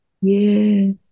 Yes